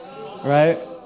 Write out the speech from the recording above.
right